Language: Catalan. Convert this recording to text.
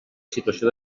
situació